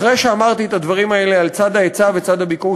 אחרי שאמרתי את הדברים האלה על צד ההיצע וצד הביקוש